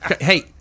Hey